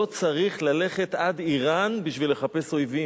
לא צריך ללכת עד אירן בשביל לחפש אויבים.